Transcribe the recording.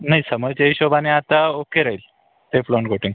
नाही समरच्या हिशोबाने आता ओके राहील टेफ्लॉन कोटींग